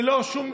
ללא שום,